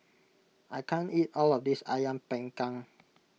I can't eat all of this Ayam Panggang